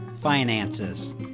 finances